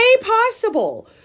possible